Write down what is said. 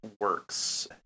works